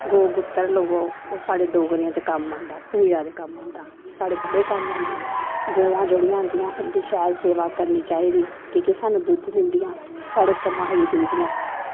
गौ गूत्तर लैवो ओह् साढ़े डोगरेआं च कम्म आंदा पूजा दे कम्म आंदा साढ़े बड़े कम्म आंदी गवां जेह्ड़ियां होंदियां इंदी शैल सेवा करनी चाही दी कि के स्हानू दुध्द दिंदियां साढ़े कमाई दिंदियां